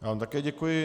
Já vám také děkuji.